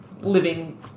living